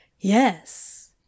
Yes